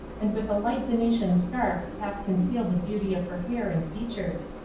and with a light venetian scarf half concealed the beauty of her hair and features.